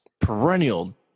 perennial